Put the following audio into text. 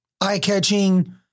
eye-catching